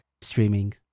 streaming